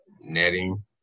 netting